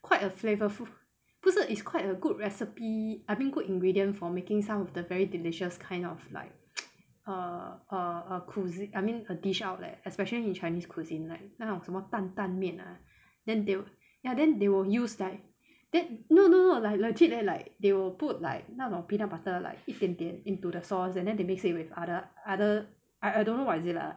quite a flavourful 不是 is quite a good recipe I mean good ingredient for making some of the very delicious kind of like err err a cuisine I mean a dish out leh especially in chinese cuisine like 那种什么担担面 ah then they will ya then they will use like that no no no like legit leh like they will put like 那种 peanut butter like 一点点 into the sauce and then they mix it with other other I I don't know is it lah